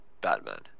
Batman